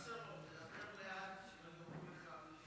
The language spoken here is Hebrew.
וסרלאוף, תדבר לאט, שלא ייגמרו לך המילים.